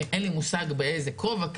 אין לי מושג באיזה כובע,